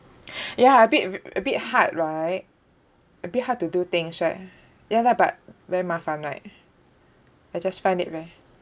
ya a bit r~ a bit hard right a bit hard to do things right ya lah but very 麻烦 right I just find it very